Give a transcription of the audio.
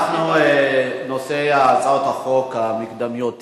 נושא הצעות החוק המקדמיות הסתיים.